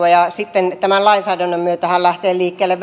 ja ja sitten tämän lainsäädännön myötä liikkeelle